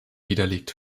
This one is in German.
widerlegt